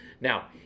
Now